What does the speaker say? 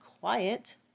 quiet